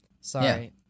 Sorry